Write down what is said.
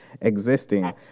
existing